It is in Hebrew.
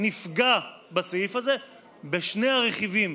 נפגע בסעיף הזה בשני הרכיבים,